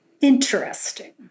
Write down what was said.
Interesting